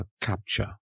capture